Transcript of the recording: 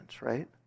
right